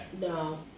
No